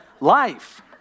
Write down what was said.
life